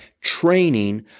training